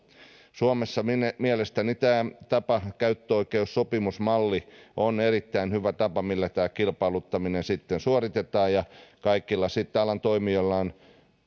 suomessa mielestäni tämä käyttöoikeussopimusmalli on erittäin hyvä tapa millä tämä kilpailuttaminen suoritetaan sitten kaikilla alan toimijoilla on